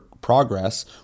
progress